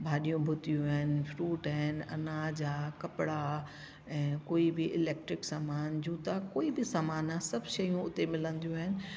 भाॼियूं भुतियूं आहिनि फ्रूट आहिनि अनाज आहे कपिड़ा आहे ऐं कोई बि इलेक्ट्रिक सामान जुता कोई बि सामान सभु शयूं उते मिलंदियूं आहिनि